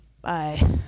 Bye